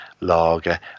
lager